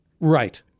Right